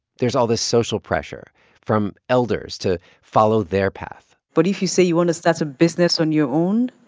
there's all this social pressure from elders to follow their path but if you say you want to start a business on your own,